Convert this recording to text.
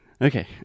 Okay